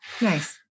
Nice